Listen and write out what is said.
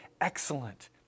excellent